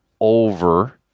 over